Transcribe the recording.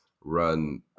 run